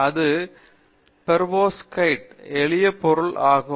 இது பவர்சட்கிட் எளிய பொருள் ஆகும்